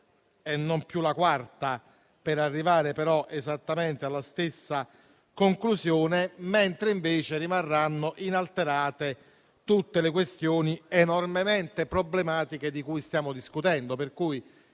(e non più la quarta) per arrivare esattamente alla stessa conclusione, mentre invece rimarranno inalterate tutte le questioni enormemente problematiche di cui stiamo discutendo. Per cui